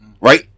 right